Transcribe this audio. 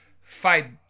fight